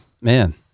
Man